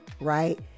Right